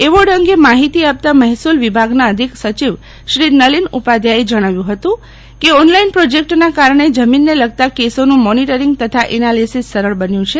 award અંગે માહિતી આપતા મહેસૂલ વિભાગના અધિક સચિવ શ્રી નલીન ઉપાધ્યાયે જણાવ્યું હતું કે ઓનલાઇન પ્રોજેક્ટના કારણે જમીનને લગતા કેસોનું મોનિટરીંગ તથા એનાલિસિસ સરળ બન્યું છે